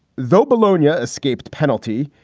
though polonia escaped penalty.